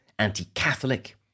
anti-Catholic